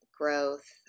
growth